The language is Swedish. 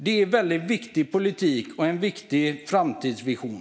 Det är viktig politik och en viktig framtidsvision.